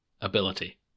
ability